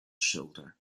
shoulder